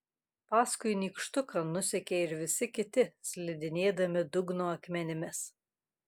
paskui nykštuką nusekė ir visi kiti slidinėdami dugno akmenimis